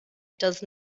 does